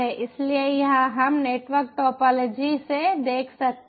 इसलिए यहां हम नेटवर्क टोपोलॉजी से देख सकते हैं